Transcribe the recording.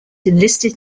enlisted